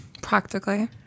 Practically